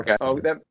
Okay